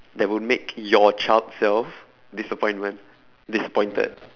that will make your child self disappointment disappointed